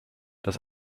dass